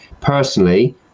personally